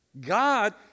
God